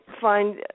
find